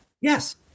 yes